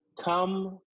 come